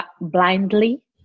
blindly